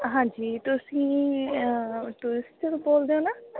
ਹਾਂਜੀ ਤੁਸੀਂ ਟੂਰਿਸਟਰ ਬੋਲਦੇ ਹੋ ਨਾ